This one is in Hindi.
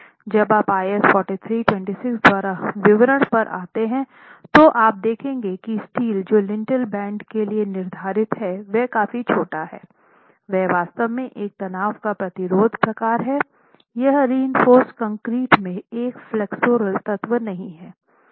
जब आप IS 4326 द्वारा विवरण पर आते हैं तो आप देखेंगे कि स्टील जो लिंटेल बैंड के लिए निर्धारित है वह काफी छोटा है यह वास्तव में एक तनाव का विरोध प्रकार हैं यह रिइनफ़ोर्स कंक्रीट में एक फ्लेक्सोरल तत्व नहीं है